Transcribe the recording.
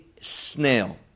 snail